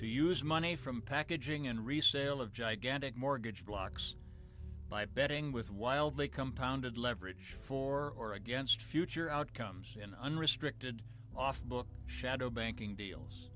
to use money from packaging and resale of gigantic mortgage blocks by betting with while they come pounded leverage for or against future outcomes in unrestricted off book shadow banking deals